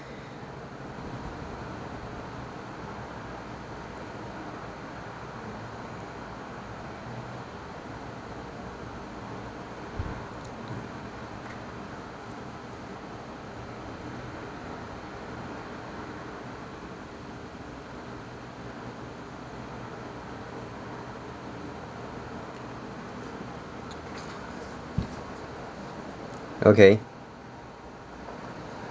okay